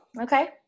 okay